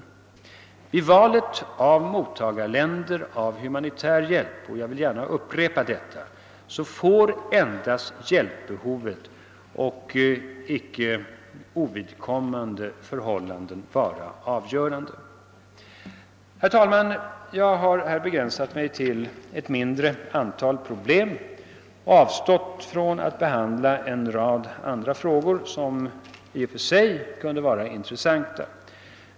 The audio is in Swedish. Vid valet av mottagarländer för den humanitära hjälpen — jag upprepar det — får endast hjälpbehovet, icke några ovidkommande förhållanden, vara avgörande. Herr talman! Jag har här begränsat mig till att tala om ett mindre antal problem och avstått från att behandla en rad andra frågor, som det i och för sig kunde vara intressant att tala om.